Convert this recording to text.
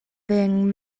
ddeng